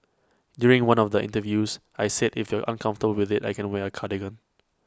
during one of the interviews I said if you're uncomfortable with IT I can wear A cardigan